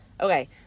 okay